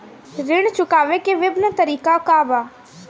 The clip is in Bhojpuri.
ऋण चुकावे के विभिन्न तरीका का बा?